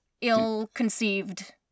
ill-conceived